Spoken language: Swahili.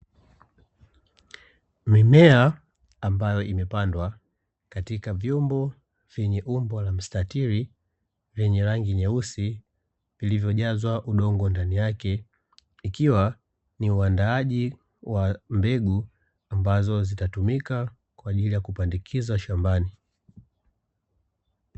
Mimea ambayo imepandwa katika vyombo vyenye umbo la mstatili, lenye rangi nyeusi viilivyojazwa udongo ndani yake, ikiwa ni uandaaji wa mbegu ambazo zitatumika kwa ajili ya kupandikizwa shambani.